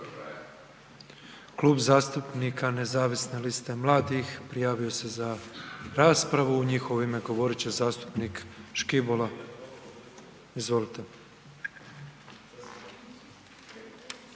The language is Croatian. Klub zastupnika Nezavisne liste mladih prijavio se za raspravu. U njihovo ime govorit će zastupnik Škibola. Izvolite.